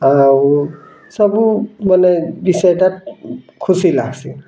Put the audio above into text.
ଆଉ ସବୁ ବେଲେ ବି ସେଇଟା ଖୁସି ଲ୲ଗ୍ସି